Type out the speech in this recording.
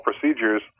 procedures